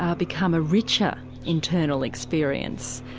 um become a richer internal experience.